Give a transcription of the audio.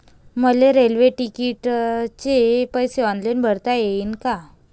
मले रेल्वे तिकिटाचे पैसे ऑनलाईन भरता येईन का?